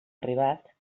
arribat